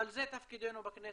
אבל זה תפקידנו בכנסת,